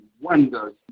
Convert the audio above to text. wonders